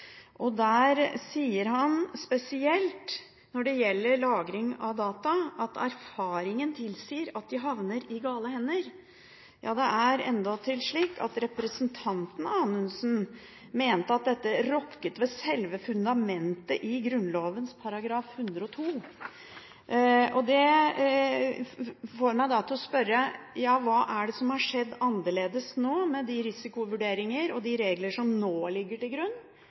Der sier han, spesielt når det gjelder lagring av data, at erfaringen tilsier at de havner i gale hender. Det er endatil slik at representanten Anundsen mente at dette rokket ved selve fundamentet i Grunnloven § 102. Det får meg til å spørre: Hva er det som er annerledes nå, med de risikovurderinger og regler som nå ligger til grunn,